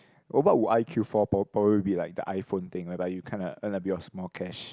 oh but would I queue for probably be like the iPhone thing whereby you kind of earned a bit of small cash